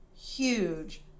huge